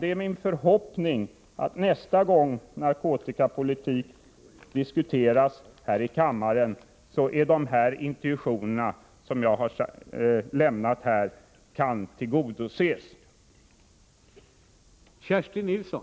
Det är min förhoppning att de intentioner som jag här har redovisat kan tillgodoses nästa gång narkotikapolitiken diskuteras här i kammaren.